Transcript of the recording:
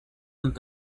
und